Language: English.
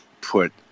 put